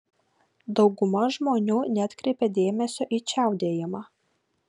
dauguma žmonių neatkreipia dėmesio į čiaudėjimą